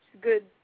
Good